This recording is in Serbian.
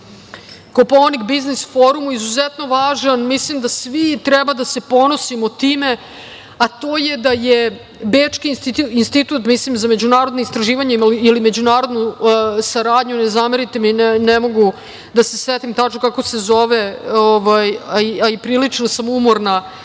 Kopaonik biznis kvorumu, izuzetno važan. Mislim da svi treba da se ponosimo time, a to je da je bečki Institut za međunarodno istraživanje ili međunarodnu saradnju, ne zamerite mi ne mogu da se setim tačno kako se zove, a i prilično sam umorna